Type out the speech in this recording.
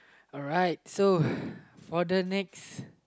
alright so for the next